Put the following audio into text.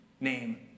name